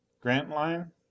Grantline